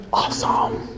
awesome